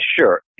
Sure